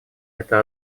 это